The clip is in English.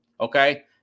okay